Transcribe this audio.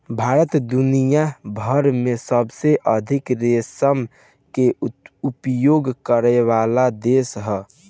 भारत दुनिया भर में सबसे अधिका रेशम के उपयोग करेवाला देश ह